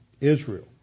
Israel